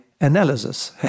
analysis